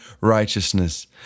righteousness